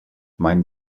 mein